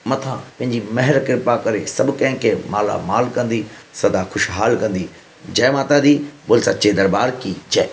मथां पंहिंजी महिर कृपा करे सभु कंहिं खे माला माल कंदी सदा खुशहाल कंदी जय माता दी बोल सचे दरबार की जय